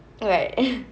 right